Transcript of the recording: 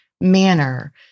manner